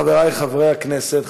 חברי חברי הכנסת,